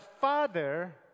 father